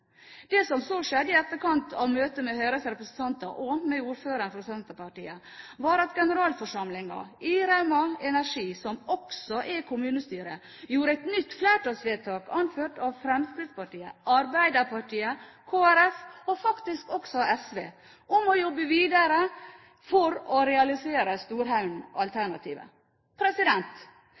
Det som så skjedde i etterkant av møtet med Høyres representanter og ordføreren, fra Senterpartiet, var at generalforsamlingen i Rauma Energi, som også er kommunestyret, gjorde et nytt flertallsvedtak, anført av Fremskrittspartiet, Arbeiderpartiet, Kristelig Folkeparti og faktisk også SV, om å jobbe videre for å realisere